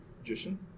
magician